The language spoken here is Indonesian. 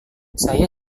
saya